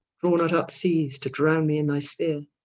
draw not up seas to drowne me in thy spheare,